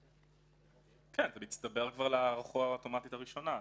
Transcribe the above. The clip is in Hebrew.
כן, זה מצטבר להארכה האוטומטית הראשונה.